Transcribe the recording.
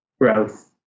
growth